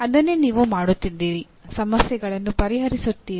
ಅದನ್ನೇ ನೀವು ಮಾಡುತ್ತಿದ್ದೀರಿ ಸಮಸ್ಯೆಗಳನ್ನು ಪರಿಹರಿಸುತ್ತೀರಿ